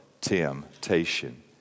temptation